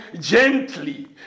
gently